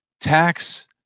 tax